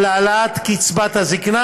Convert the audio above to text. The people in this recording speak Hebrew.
על העלאת קצבת הזקנה.